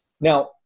Now